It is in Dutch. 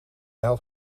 had